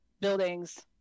buildings